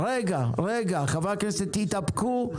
רגע, חברי הכנסת תתאפקו.